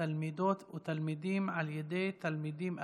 תלמידות או תלמידים על ידי תלמידים אחרים.